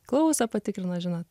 klausą patikrina žinot